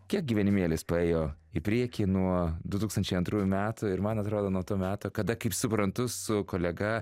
kiek gyvenimėlis paėjo į priekį nuo du tūkstančiai antrųjų metų ir man atrodo nuo to meto kada kaip suprantu su kolega